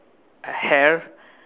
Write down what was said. hair